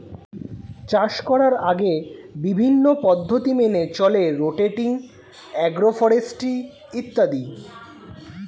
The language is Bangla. চাষ করার আগে বিভিন্ন পদ্ধতি মেনে চলে রোটেটিং, অ্যাগ্রো ফরেস্ট্রি ইত্যাদি